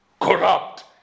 corrupt